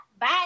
Bye